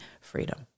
freedom